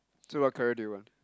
so what career do you want